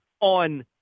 on